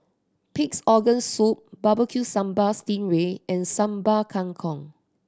Pig's Organ Soup Barbecue Sambal sting ray and Sambal Kangkong